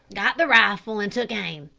got the rifle and took aim.